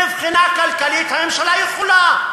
מבחינה כלכלית, הממשלה יכולה,